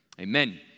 Amen